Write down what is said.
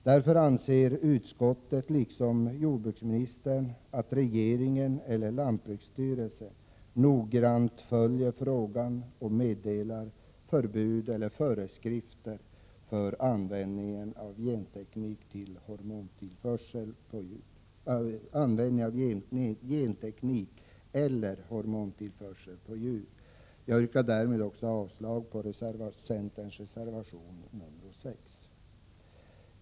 Därför anser utskottet, liksom jordbruksministern, att regeringen eller lantbruksstyrelsen noggrant bör följa frågan och meddela föreskrifter om förbud eller villkor för användningen av genteknik eller hormontillförsel på djur. Jag yrkar avslag på centerns reservation 6.